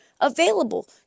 available